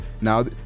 now